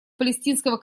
палестинского